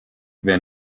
wer